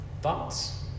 thoughts